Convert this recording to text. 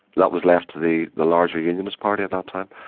that was left to the the larger unionist party at that time.